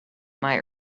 might